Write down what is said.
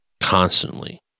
constantly